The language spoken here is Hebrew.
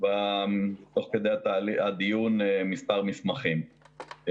תוך כדי הדיון, מספר מסמכים.